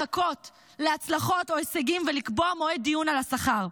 לחכות להצלחות או להישגים ולקבוע מועד דיון על השכר.